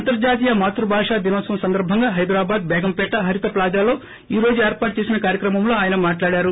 అంతర్జాతీయ మాత్పభాష దినోత్సవం సందర్బంగా హైదరాబాద్ బేగంపేట హరితా ప్లాజాలో ఈరోజు ఏర్పాటు చేసిన కార్యక్రమంలో ఆయన మాట్లాడారు